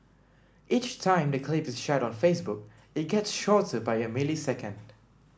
each time the clip is shared on Facebook it gets shorter by a millisecond